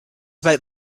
about